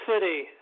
City